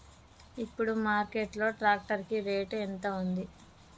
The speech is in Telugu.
ఇప్పుడు మార్కెట్ లో ట్రాక్టర్ కి రేటు ఎంత ఉంది?